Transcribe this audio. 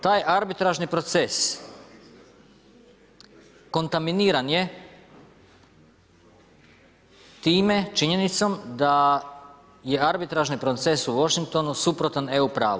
Taj arbitražni proces kontaminiran je time, činjenicom da je arbitražni proces u Washingtonu suprotan EU pravu.